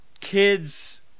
kids